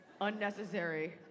Unnecessary